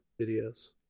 videos